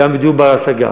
גם בדיור בר-השגה.